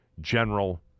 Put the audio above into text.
general